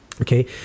Okay